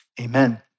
Amen